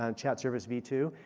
um chat service v two.